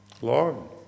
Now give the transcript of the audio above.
Lord